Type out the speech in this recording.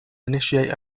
initiate